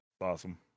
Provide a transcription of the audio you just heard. awesome